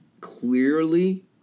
clearly